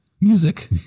music